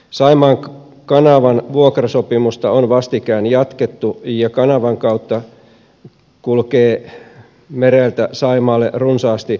saimaan kanavan vuokrasopimusta on vastikään jatkettu ja kanavan kautta kulkee mereltä saimaalle runsaasti rahtiliikennettäkin